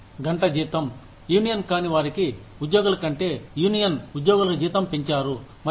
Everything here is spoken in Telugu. గంట జీతం యూనియన్ కాని వారికి ఉద్యోగుల కంటే యూనియన్ ఉద్యోగులకు జీవితం పెంచారు మరియు